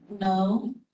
No